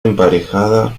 emparejada